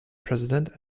president